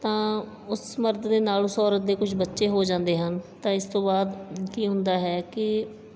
ਤਾਂ ਉਸ ਮਰਦ ਦੇ ਨਾਲ ਉਸ ਔਰਤ ਦੇ ਕੁਝ ਬੱਚੇ ਹੋ ਜਾਂਦੇ ਹਨ ਤਾਂ ਇਸ ਤੋਂ ਬਾਅਦ ਕੀ ਹੁੰਦਾ ਹੈ ਕਿ